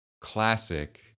classic